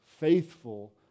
faithful